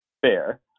fair